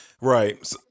Right